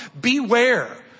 beware